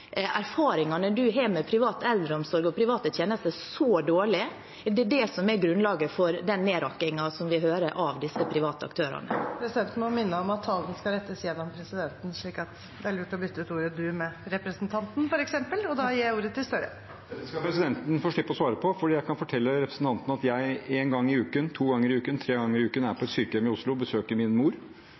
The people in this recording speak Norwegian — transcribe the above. erfaringene du har med privat eldreomsorg og private tjenester, så dårlige? Er det det som er grunnlaget for den nedrakkingen som vi hører, av disse private aktørene? Presidenten må minne om at talen skal gå gjennom presidenten, så det er lurt f.eks. å bytte ut ordet «du» med «representanten». Dette skal presidenten få slippe å svare på, for jeg kan fortelle representanten at jeg én gang i uken, to ganger i uken, tre ganger i uken er på et sykehjem i Oslo og besøker min mor